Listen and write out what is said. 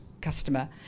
customer